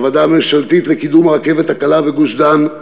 בוועדה הממשלתית לקידום הרכבת הקלה בגוש-דן,